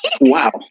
Wow